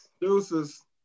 Deuces